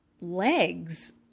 legs